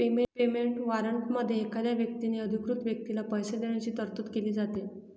payment वॉरंटमध्ये एखाद्या व्यक्तीने अधिकृत व्यक्तीला पैसे देण्याची तरतूद केली जाते